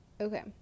okay